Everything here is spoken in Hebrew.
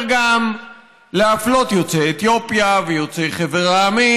גם להפלות יוצאי אתיופיה ויוצאי חבר העמים,